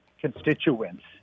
constituents